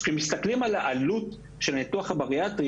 כשמסתכלים על העלות של הניתוח הבריאטרי,